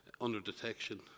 under-detection